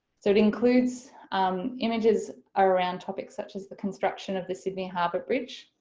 so it includes images around topics such as the construction of the sydney harbour bridge,